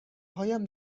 هایم